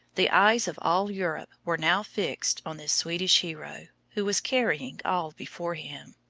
the eyes of all europe were now fixed on this swedish hero, who was carrying all before him.